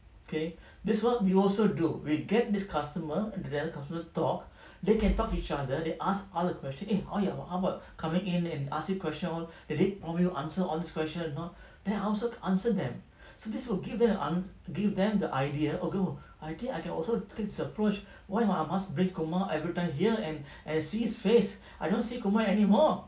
okay this [one] we also do we get this customer and the other customer talk they can talk each other they ask ask the question eh oh ya how about coming in and ask you question all did they probably will answer all these question or not then I also answer them so this will give them give them the idea okay actually I can also take this approach why err I must bring kumar everytime here and and see his face I don't want to see kumar anymore